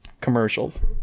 Commercials